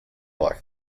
like